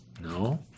No